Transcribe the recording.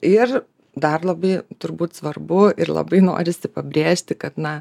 ir dar labai turbūt svarbu ir labai norisi pabrėžti kad na